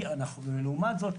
ולעומת זאת,